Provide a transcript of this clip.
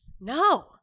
No